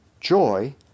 joy